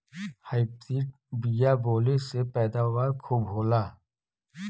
hybrid बिया बोवले से पैदावार खूब होला